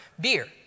beer